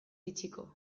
itxiko